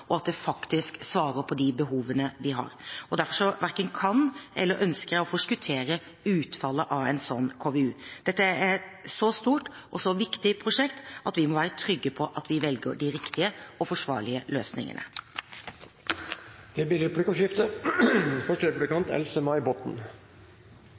og at det faktisk svarer på de behovene vi har, og derfor verken kan eller ønsker jeg å forskuttere utfallet av en sånn KVU. Dette er et så stort og så viktig prosjekt at vi må være trygge på at vi velger de riktige og forsvarlige løsningene. Det blir replikkordskifte.